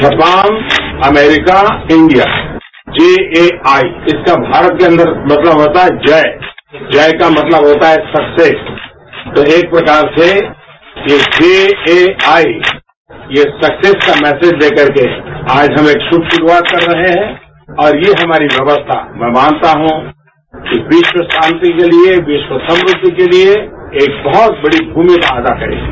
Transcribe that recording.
Japan America India JAI इसका भारत के अंदर मतलब होता है जय जय का मतलब होता है सक्सेस तो एक प्रकार से ये जेएआई यह सक्सेस का मैसेज लेकर आज हम शुभ शुरुआत कर रहे हैं और यह हमारी व्यवस्था मै मानता हूं कि विश्व शांति के लिए विश्व शक्ति के लिए एक बहुत बड़ी भूमिका अदा करेगी